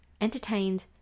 entertained